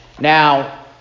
Now